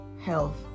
Health